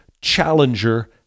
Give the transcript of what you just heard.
Challenger